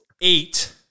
eight